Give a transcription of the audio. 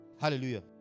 Hallelujah